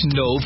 no